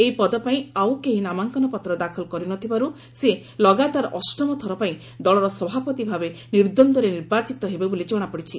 ଏହି ପଦ ପାଇଁ ଆଉ କେହି ନାମାଙ୍କନପତ୍ର ଦାଖଲ କରିନଥିବାରୁ ସେ ଲଗାତାର ଅଷ୍ଟମଥର ପାଇଁ ଦଳର ସଭାପତି ଭାବେ ନିର୍ଦ୍ୱନ୍ନରେ ନିର୍ବାଚିତ ହେବେ ବୋଲି ଜଣାପଡ଼ିଛି